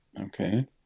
okay